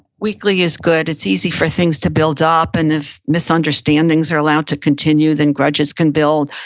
weekly is good. it's easy for things to build up, and if misunderstandings are allowed to continue then grudges can build.